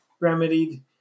Remedied